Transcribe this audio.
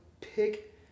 pick